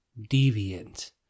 deviant